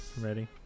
ready